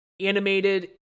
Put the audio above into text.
animated